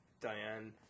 Diane